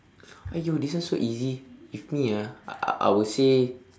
!aiyo! this one so easy if me ah I I I would say